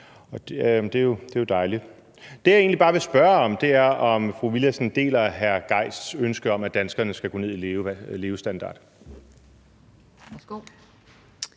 det er jo dejligt. Det, jeg egentlig bare vil spørge om, er, om fru Mai Villadsen deler hr. Torsten Gejls ønske om, at danskere skal gå ned i levestandard.